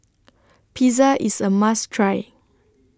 Pizza IS A must Try